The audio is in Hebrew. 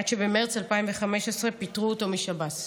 עד שבמרץ 2015 פיטרו אותו משב"ס.